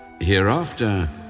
Hereafter